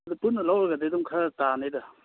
ꯑꯗꯣ ꯄꯨꯟꯅ ꯂꯧꯔꯒꯗꯤ ꯑꯗꯨꯝ ꯈꯔ ꯇꯥꯅꯤꯗ